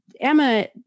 Emma